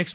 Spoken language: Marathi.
एक्स